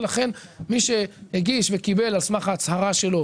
ולכן מי שהגיש וקיבל על סמך ההצהרה שלו,